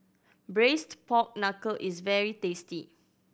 Braised Pork Knuckle is very tasty